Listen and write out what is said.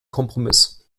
kompromiss